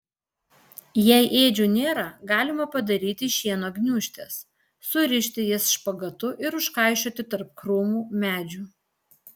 jei ėdžių nėra galima padaryti šieno gniūžtes surišti jas špagatu ir užkaišioti tarp krūmų medžių